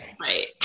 right